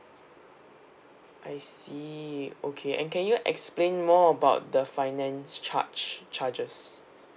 I see okay and can you explain more about the finance charge charges